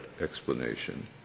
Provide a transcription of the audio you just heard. explanation